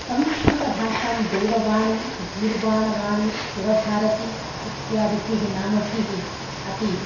संस्कृतभाषां देववाणी गीर्वाणवाणी सुरभारती इत्यादिभिः नामभिः अपि